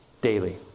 daily